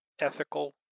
ethical